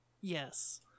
Yes